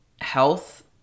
health